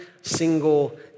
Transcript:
single